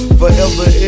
forever